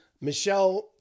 Michelle